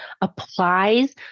applies